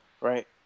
right